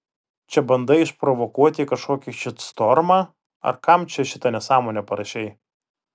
čia bandai išprovokuoti kažkokį šitstormą ar kam čia šitą nesąmonę parašei